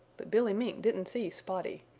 but billy mink didn't see spotty.